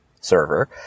server